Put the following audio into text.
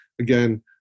again